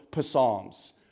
Psalms